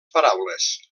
paraules